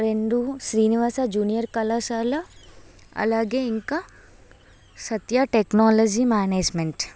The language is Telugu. రెండు శ్రీనివాస జూనియర్ కళాశాల అలాగే ఇంకా సత్య టెక్నాలజీ మేనేజ్మెంట్